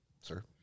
sir